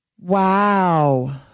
Wow